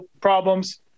problems